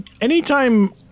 anytime